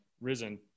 risen